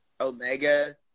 Omega